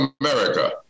America